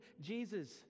Jesus